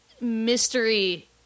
mystery